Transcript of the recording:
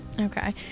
Okay